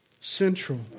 central